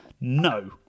No